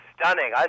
stunning